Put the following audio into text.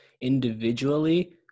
individually